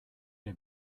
der